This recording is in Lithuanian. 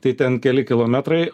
tai ten keli kilometrai